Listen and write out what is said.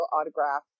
autograph